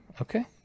Okay